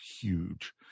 huge